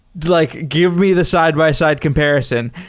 like give me the side-by-side comparison,